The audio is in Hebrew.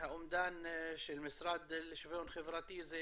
האומדן של המשרד לשוויון חברתי זה